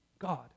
God